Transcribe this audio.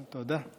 תודה.